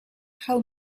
how